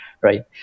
right